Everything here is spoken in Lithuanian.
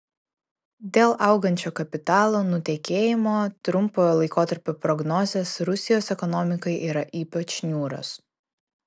dėl augančio kapitalo nutekėjimo trumpojo laikotarpio prognozės rusijos ekonomikai yra ypač niūrios